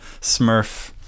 smurf